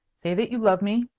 say that you love me.